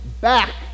back